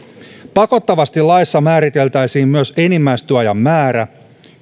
pakottavasti laissa määriteltäisiin myös enimmäistyöajan määrä